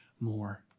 more